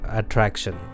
attraction